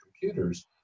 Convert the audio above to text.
computers